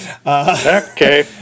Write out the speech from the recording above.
Okay